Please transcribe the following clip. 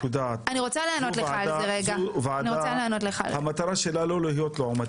מטרת הוועדה הזו אינה להיות לעומתית,